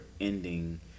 ending